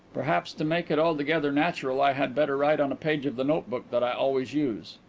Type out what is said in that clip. perhaps to make it altogether natural i had better write on a page of the notebook that i always use,